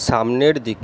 সামনের দিকে